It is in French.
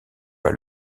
pas